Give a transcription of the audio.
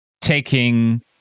Taking